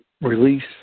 release